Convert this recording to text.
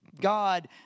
God